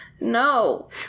No